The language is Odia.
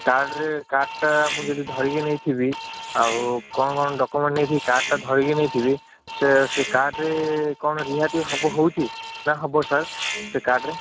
କାର୍ଡ଼ରେ କାର୍ଡ଼ଟା ମୁଁ ଯଦି ଧରିକି ନେଇଥିବି ଆଉ କ'ଣ କ'ଣ ଡକ୍ୟୁମେଣ୍ଟ ନେଇଥିବି କାର୍ଡ଼ଟା ଧରିକି ନେଇଥିବି ସେ ସେ କାର୍ଡ଼ରେ କ'ଣ ରିହାତି ହେବ ହେଉଛି ନା ହେବ ସାର୍ ସେ କାର୍ଡ଼ରେ